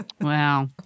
Wow